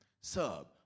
Sub